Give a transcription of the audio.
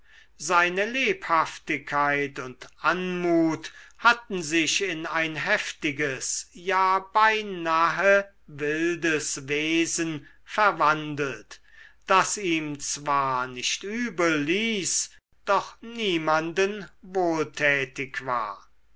seine lebhaftigkeit und anmut hatten sich in ein heftiges ja beinahe wildes wesen verwandelt das ihm zwar nicht übel ließ doch niemanden wohltätig war